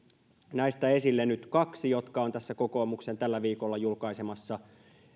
näistä esille nyt kaksi jotka ovat kokoomuksen tällä viikolla julkaisemassa